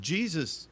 Jesus